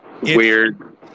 weird